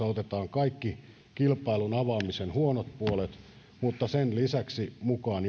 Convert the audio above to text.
kaikki kilpailun avaamisen huonot puolet mutta sen lisäksi mukaan